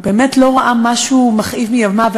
לא ראה משהו מכאיב מימיו.